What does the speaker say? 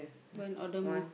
go and order more